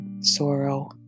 sorrow